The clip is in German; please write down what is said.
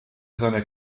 seine